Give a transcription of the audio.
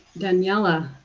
daniela,